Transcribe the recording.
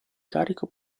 carico